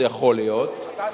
זה יכול להיות, אתה שר.